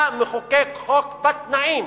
אתה מחוקק חוק בתנאים